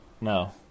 No